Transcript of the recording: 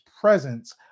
presence